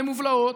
למובלעות,